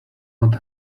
not